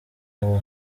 aba